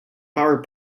power